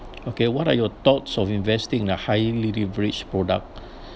okay what are your thoughts of investing in a higher leverage product